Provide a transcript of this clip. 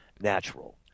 natural